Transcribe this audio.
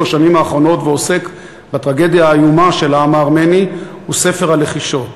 האחרונות ועוסק בטרגדיה האיומה של העם הארמני הוא "ספר הלחישות".